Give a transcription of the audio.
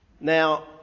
Now